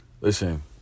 Listen